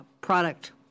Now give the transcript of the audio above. product